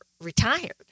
retired